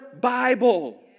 Bible